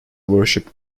worship